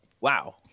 wow